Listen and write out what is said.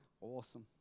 Awesome